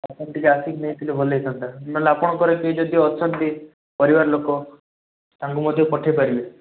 ଆପଣ ଟିକେ ଆସିକି ନେଇଥିଲେ ଭଲ ହେଇଥାନ୍ତା ନହେଲେ ଆପଣଙ୍କର କେହି ଯଦି ଅଛନ୍ତି ପରିବାର ଲୋକ ତାଙ୍କୁ ମଧ୍ୟ ପଠାଇପାରିବେ